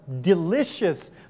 delicious